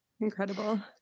Incredible